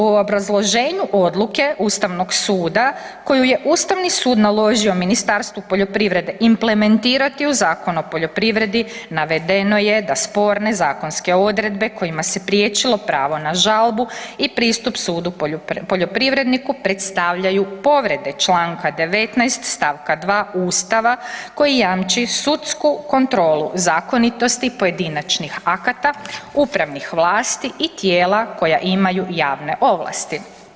U obrazloženju odluke Ustavnog suda koju je Ustavni sud naložio Ministarstvu poljoprivrede implementirati u Zakon o poljoprivredi navedeno je da sporne zakonske odredbe kojima se priječilo pravo na žalbu i pristup sudu poljoprivredniku predstavljaju povrede članka 19. stavka 2. Ustava koji jamči sudsku kontrolu zakonitosti pojedinačnih akata, upravnih vlasti i tijela koja imaju javne ovlasti.